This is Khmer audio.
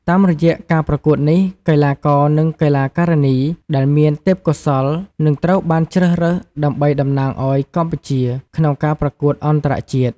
តាមរយៈការប្រកួតនេះ កីឡាករនិងកីឡាការិនី ដែលមានទេពកោសល្យនឹងត្រូវបានជ្រើសរើសដើម្បីតំណាងឱ្យកម្ពុជាក្នុងការប្រកួតអន្តរជាតិ។